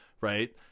right